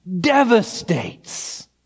Devastates